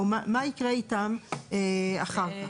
מה יקרה איתם אחר כך.